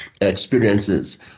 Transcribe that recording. experiences